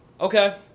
Okay